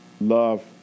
love